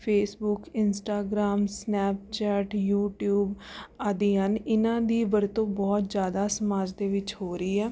Facebook Instagram Snapchat YouTube ਆਦਿ ਹਨ ਇਹਨਾਂ ਦੀ ਵਰਤੋਂ ਬਹੁਤ ਜ਼ਿਆਦਾ ਸਮਾਜ ਦੇ ਵਿੱਚ ਹੋ ਰਹੀ ਆ